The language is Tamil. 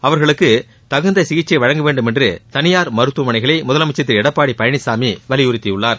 அவர்களுக்கு தகுந்த சிகிச்சை வழங்க வேண்டும் என்று தனியார் மருத்துவமனைகளை முதலமைச்சர் திரு எடப்பாடி பழனிசாமி வலியுறுத்தியுள்ளார்